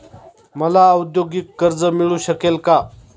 मला औद्योगिक कर्ज मिळू शकेल का?